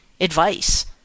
advice